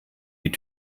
die